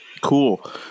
Cool